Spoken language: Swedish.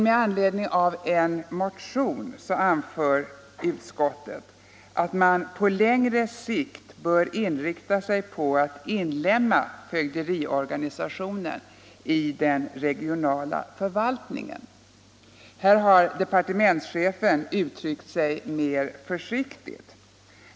Med anledning av en motion anför emellertid utskottet ”att man på längre sikt bör inrikta sig på att inlemma fögderiorganisationen i den regionala förvaltningen”. Departementschefen har uttryckt sig mer försiktigt.